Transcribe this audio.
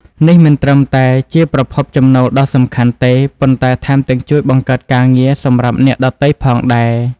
នេះមិនត្រឹមតែជាប្រភពចំណូលដ៏សំខាន់ទេ ប៉ុន្តែថែមទាំងជួយបង្កើតការងារសម្រាប់អ្នកដទៃផងដែរ។